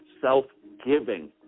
self-giving